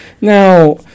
Now